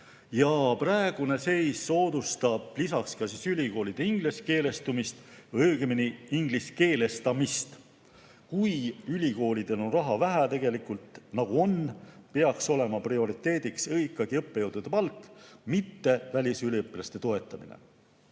Praegune seis soodustab ühtlasi ülikoolide ingliskeelestumist või õigemini ingliskeelestamist. Kui ülikoolidel on raha vähe, nagu tegelikult on, peaks olema prioriteet ikkagi õppejõudude palk, mitte välisüliõpilaste toetamine.